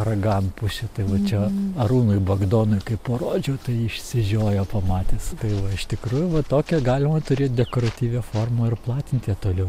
raganpušė tai va čia arūnui bagdonui kai parodžiau tai išsižiojo pamatęs gaila iš tikrųjų va tokią galima turėt dekoratyvią formą ir platint ją toliau